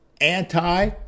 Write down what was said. anti